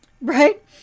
Right